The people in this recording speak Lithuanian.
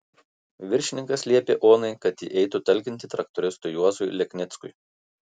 viršininkas liepė onai kad ji eitų talkinti traktoristui juozui leknickui